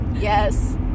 Yes